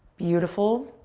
beautiful.